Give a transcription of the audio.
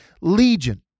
Legion